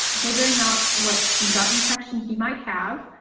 figuring out what gut infection he might have,